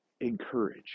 encourage